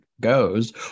goes